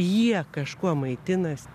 jie kažkuo maitinasi